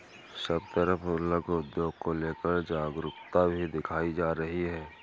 सब तरफ लघु उद्योग को लेकर जागरूकता भी दिखाई जा रही है